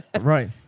Right